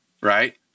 right